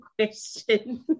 question